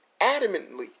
adamantly